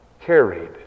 carried